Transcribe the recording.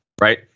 right